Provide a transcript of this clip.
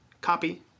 Copy